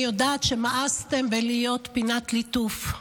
אני יודעת שמאסתם בלהיות פינת ליטוף.